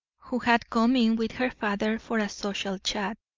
who had come in with her father for a social chat.